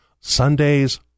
Sundays